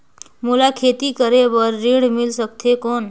मोला खेती करे बार ऋण मिल सकथे कौन?